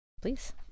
Please